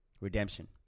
Redemption